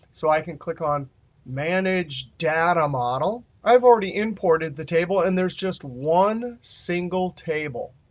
so i can click on manage data model. i've already imported the table and there's just one single table.